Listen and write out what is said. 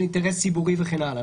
למשל אינטרס ציבורי וכן הלאה.